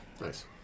Nice